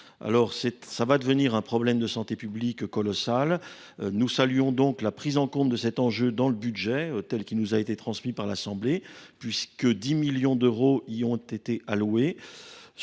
Ce sujet va devenir un problème de santé publique colossal. Nous saluons sa prise en compte dans le budget tel qu’il nous a été transmis par l’Assemblée nationale : 10 millions d’euros lui ont été alloués.